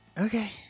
Okay